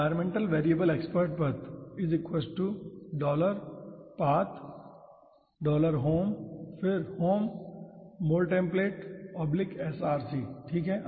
environmental variable export path path Home फिर home Moltemolatesrc ठीक है